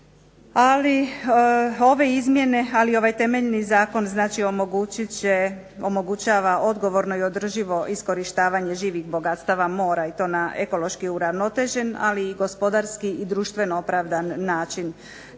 sa ZUP-om, ali ovaj temeljni zakon omogućava odgovorno i održivo iskorištavanje živih bogatstava mora i to na ekološki uravnotežen, ali i gospodarski i društveno opravdan način.